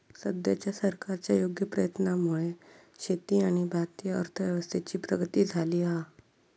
सद्याच्या सरकारच्या योग्य प्रयत्नांमुळे शेती आणि भारतीय अर्थव्यवस्थेची प्रगती झाली हा